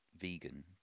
vegan